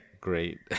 great